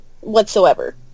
whatsoever